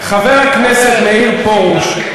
חבר הכנסת מאיר פרוש,